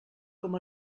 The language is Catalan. com